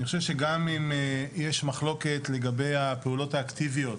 אני חושב שגם אם יש מחלוקת לגבי הפעולות האקטיביות